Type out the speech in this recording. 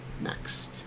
Next